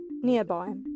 nearby